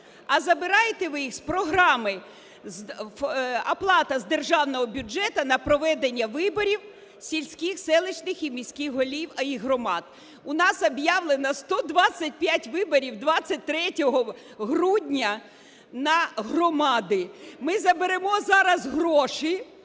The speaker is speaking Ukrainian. А забираєте ви їх з програми оплата з державного бюджету на проведення виборів сільських, селищних і міських голів і їх громад. У нас об'явлено 125 виборів 23 грудня на громади. Ми заберемо зараз гроші,